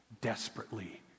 desperately